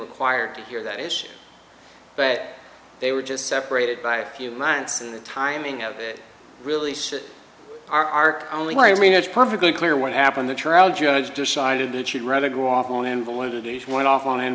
required to hear that issue but they were just separated by a few months and the timing of it really says our only way i mean it's perfectly clear what happened the trial judge decided that you'd rather go off on invalidity each one off on an